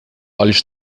olhos